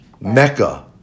Mecca